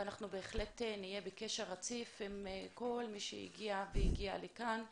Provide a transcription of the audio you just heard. אנחנו בהחלט נהיה בקשר רציף עם כל מי שהגיע לכאן ונתקדם.